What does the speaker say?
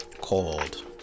called